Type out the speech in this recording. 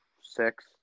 six